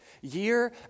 year